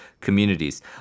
communities